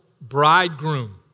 bridegroom